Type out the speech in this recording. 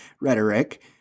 rhetoric